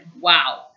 Wow